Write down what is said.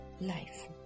life